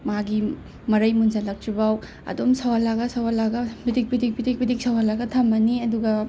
ꯃꯥꯒꯤ ꯃꯔꯩ ꯃꯨꯟꯖꯜꯂꯛꯇ꯭ꯔꯤꯕꯥꯎ ꯑꯗꯨꯝ ꯁꯧꯍꯜꯂꯒ ꯁꯧꯍꯜꯂꯒ ꯄꯤꯗꯤꯛ ꯄꯤꯗꯤꯛ ꯄꯤꯗꯤꯛ ꯄꯤꯗꯤꯛ ꯁꯧꯍꯜꯂꯒ ꯊꯝꯃꯅꯤ ꯑꯗꯨꯒ